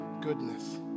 goodness